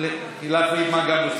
גם אצלך לא עבד?